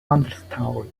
understory